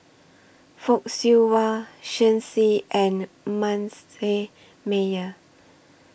Fock Siew Wah Shen Xi and Manasseh Meyer